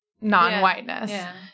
non-whiteness